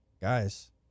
Guys